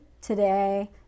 today